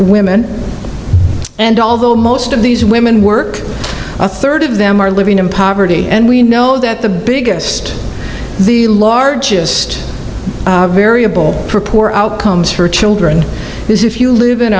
women and although most of these women work a third of them are living in poverty and we know that the biggest the largest variable poor outcomes for children is if you live in